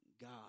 God